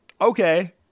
Okay